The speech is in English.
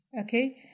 Okay